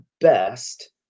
best